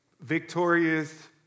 victorious